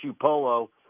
polo